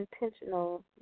intentional